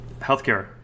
healthcare